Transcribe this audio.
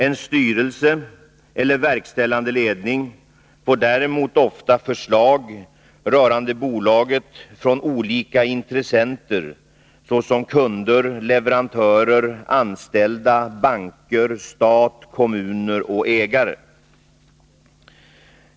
En styrelse eller verkställande ledning får däremot ofta förslag rörande bolaget från olika intressenter såsom kunder, leverantörer, anställda, banker, stat, kommuner och ägare.